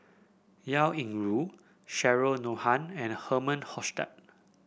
Liao Yingru Cheryl Noronha and Herman Hochstadt